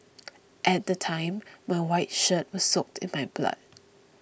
at the time my white shirt was soaked in my blood